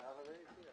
התשע"ח-2017 נתקבלה.